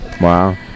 wow